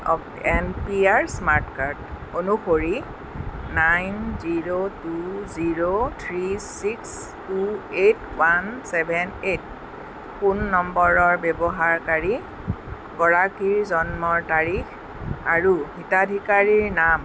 N P R smart card অনুসৰি nine zero two zero three six two eight one seven eight phone নম্বৰৰ ব্যৱহাৰকাৰী গৰাকীৰ জন্মৰ তাৰিখ আৰু হিতাধিকাৰীৰ নাম